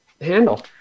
handle